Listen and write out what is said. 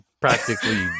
practically